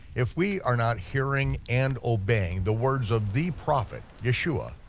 if we are not hearing and obeying the words of the prophet yeshua,